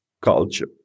culture